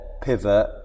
pivot